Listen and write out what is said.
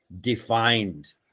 defined